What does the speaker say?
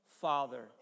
father